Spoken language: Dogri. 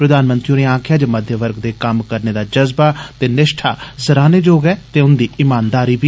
प्रधानमंत्री होरें आक्खेआ जे मध्यवर्ग दे कम्म करने दा जज्बा ते निश्ठा सराहने जोग ऐ ते उन्दी इमानदारी बी